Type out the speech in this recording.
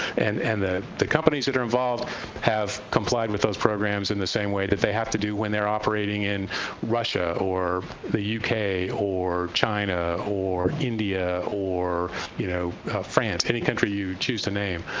and and the the companies that are involved have complied with those programs in the same way that they have to do when they're operating in russia or the u k. or china or india or you know france, any country that you choose to name.